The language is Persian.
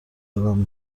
دارم